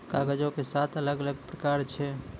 कागजो के सात अलग अलग प्रकार छै